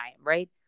right